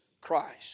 Christ